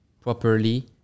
properly